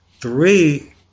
three